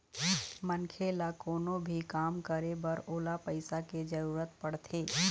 मनखे ल कोनो भी काम करे बर ओला पइसा के जरुरत पड़थे